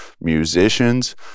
musicians